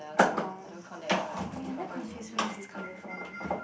orh wait I very confused where is this coming from